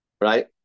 Right